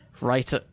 right